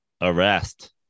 arrest